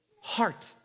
heart